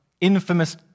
infamous